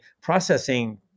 processing